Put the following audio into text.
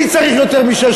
מי צריך יותר משש,